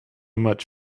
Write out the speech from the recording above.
much